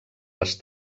les